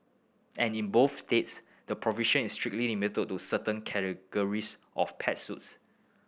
and in both states the provision is strictly limited to certain categories of pet suits